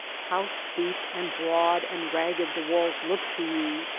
how steep and broad and ragged the walls look to you!